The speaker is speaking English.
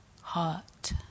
heart